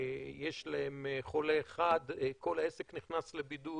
אם יש להם חולה אחד כל העסק נכנס לבידוד.